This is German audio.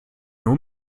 nur